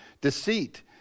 Deceit